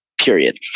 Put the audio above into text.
period